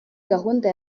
gahunda